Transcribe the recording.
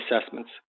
assessments